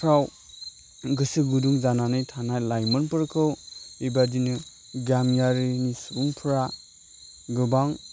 फ्राव गोसो गुदुं जानानै थानाय लाइमोनफोरखौ बेबादिनो गामियारिनि सुबुंफोरा गोबां